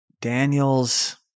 Daniel's